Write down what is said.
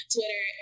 Twitter